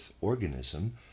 organism